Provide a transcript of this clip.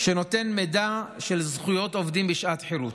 שנותן מידע על זכויות עובדים בשעת חירום.